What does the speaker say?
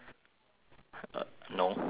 uh no why